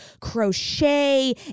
crochet